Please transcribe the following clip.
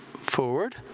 forward